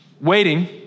waiting